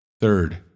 Third